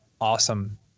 awesome